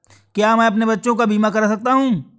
क्या मैं अपने बच्चों का बीमा करा सकता हूँ?